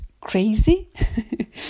crazy